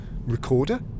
recorder